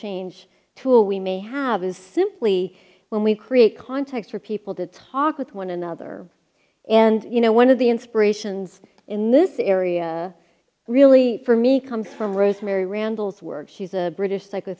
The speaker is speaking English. change tool we may have is simply when we create contacts for people to talk with one another and you know one of the inspirations in this area really for me comes from rosemary randall's work she's a british